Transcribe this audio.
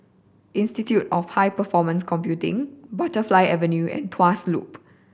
Institute of High Performance Computing Butterfly Avenue and Tuas Loop